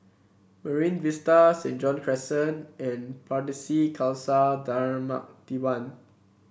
Marine Vista Saint John's Crescent and Pardesi Khalsa Dharmak Diwan